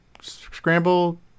scramble